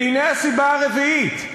והנה הסיבה הרביעית,